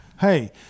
Hey